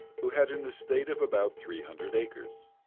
who had an estate of about three hundred acres.